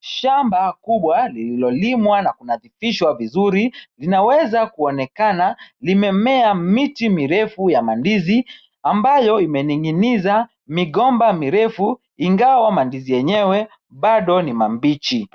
Shamba kubwa lililolimwa na kunadhifishwa vizuri linaweza kuonekana limemea miti mirefu ya mandizi ambayo imening'iniza migomba mirefu ingawa mandizi yenyewe bado ni mabichi.